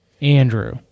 Andrew